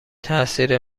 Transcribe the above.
تاثیر